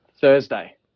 Thursday